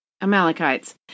Amalekites